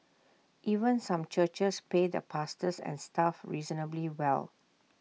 even some churches pay the pastors and staff reasonably well